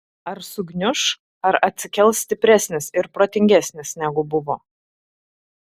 ar sugniuš ar atsikels stipresnis ir protingesnis negu buvo